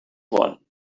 one